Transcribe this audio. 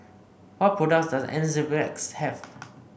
what products does Enzyplex have